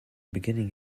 beginning